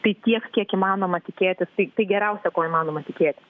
tai tiek kiek įmanoma tikėtis tai tai geriausia ko įmanoma tikėtis